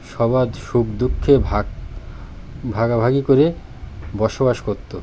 সবার সুখ দুঃখে ভাগ ভাগাভাগি করে বসবাস করত